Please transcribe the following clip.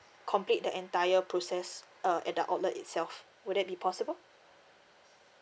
complete the entire process uh at the outlet itself would that be possible